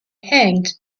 hanged